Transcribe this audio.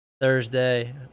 Thursday